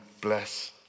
bless